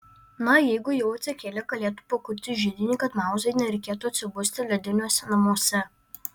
na jeigu jau atsikėlė galėtų pakurti židinį kad mauzai nereikėtų atsibusti lediniuose namuose